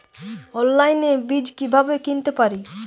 অনলাইনে বীজ কীভাবে কিনতে পারি?